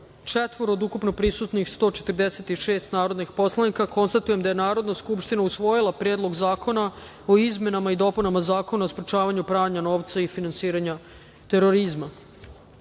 četiri od ukupno prisutnih 146 narodnih poslanika. Konstatujem da je Narodna skupština usvojila Predlog zakona o izmenama i dopunama Zakona o sprečavanju pranja novca i finansiranja terorizma. Prelazimo